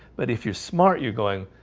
but if you're smart you're going.